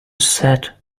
set